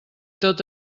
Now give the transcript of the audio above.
tot